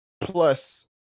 plus